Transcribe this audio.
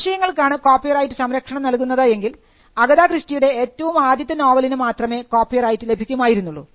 ആശയങ്ങൾക്കാണ് copyright സംരക്ഷണം നൽകുന്നത് എങ്കിൽ അഗതാ ക്രിസ്റ്റിയുടെ ഏറ്റവും ആദ്യത്തെ നോവലിന് മാത്രമേ കോപ്പിറൈറ്റ് ലഭിക്കുമായിരുന്നുള്ളൂ